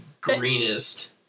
greenest